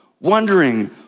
wondering